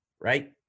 Right